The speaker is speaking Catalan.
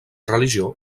religió